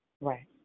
Right